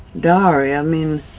diary. i mean,